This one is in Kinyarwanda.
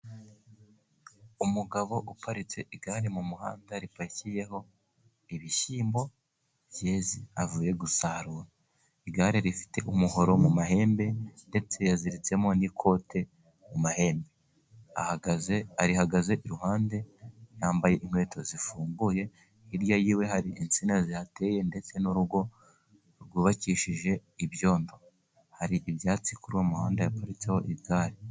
Umugabo uparitse igare mu muhanda ripakiyeho ibishyimbo byeze avuye gusarura. Igare rifite umuhoro mu mahembe, ndetse yaziritsemo n'ikote mu mahembe. Arihagaze iruhande, yambaye inkweto zifunguye. Hirya yiwe hari insina zihateye ndetse n'urugo rwubakishijwe ibyondo. Hari ibyatsi kuri uwo umuhanda ya paritseho igare.